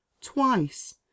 twice